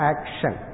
Action –